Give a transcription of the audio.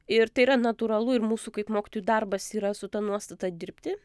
ir tai yra natūralu ir mūsų kaip mokytojų darbas yra su ta nuostata dirbti